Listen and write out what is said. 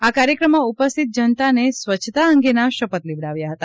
આ કાર્યક્રમમાં ઉપસ્થિત જનતાને સ્વચ્છતા અંગેના શપથ લેવડાયા હતા